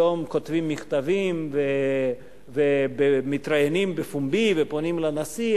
היום כותבים מכתבים ומתראיינים בפומבי ופונים לנשיא.